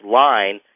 line